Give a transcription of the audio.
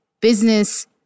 business